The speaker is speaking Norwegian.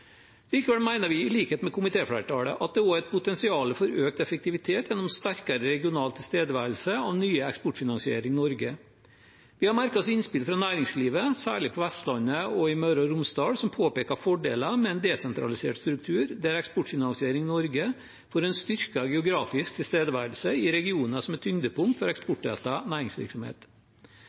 Likevel mener vi, i likhet med komitéflertallet, at det også er et potensial for økt effektivitet gjennom sterkere regional tilstedeværelse for nye Eksportfinansiering Norge. Vi har merket oss innspill fra næringslivet, særlig på Vestlandet og i Møre og Romsdal, som påpeker fordeler med en desentralisert struktur der Eksportfinansiering Norge får en styrket geografisk tilstedeværelse i regioner som er tyngdepunkt for eksportrettet næringsvirksomhet.